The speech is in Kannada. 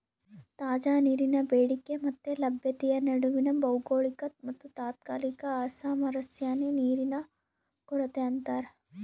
ತಾಜಾ ನೀರಿನ ಬೇಡಿಕೆ ಮತ್ತೆ ಲಭ್ಯತೆಯ ನಡುವಿನ ಭೌಗೋಳಿಕ ಮತ್ತುತಾತ್ಕಾಲಿಕ ಅಸಾಮರಸ್ಯನೇ ನೀರಿನ ಕೊರತೆ ಅಂತಾರ